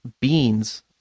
beans